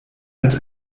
als